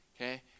Okay